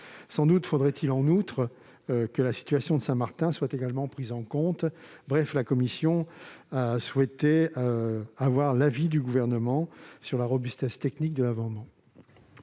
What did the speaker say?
Sans doute faudrait-il, en outre, que la situation de Saint-Martin soit également prise en compte. La commission a donc souhaité avoir l'avis du Gouvernement sur la robustesse technique de l'amendement.